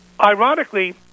Ironically